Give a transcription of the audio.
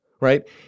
right